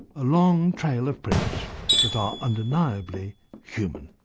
a long trail of prints that are undeniably human.